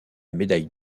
médaille